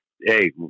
Hey